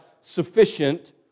sufficient